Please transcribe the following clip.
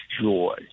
joy